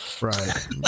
Right